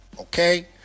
Okay